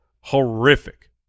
horrific